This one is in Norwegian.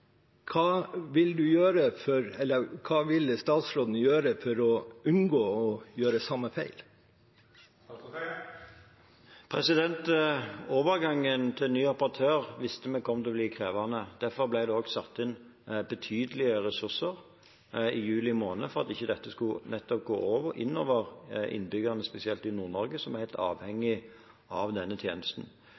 Hva vil statsråden gjøre for å unngå å gjøre samme feil? Overgangen til ny operatør visste vi kom til å bli krevende. Derfor ble det også satt inn betydelige ressurser i juli måned, nettopp for at dette ikke skulle gå ut over innbyggerne, spesielt i Nord-Norge, som er helt avhengige av denne tjenesten.